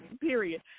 period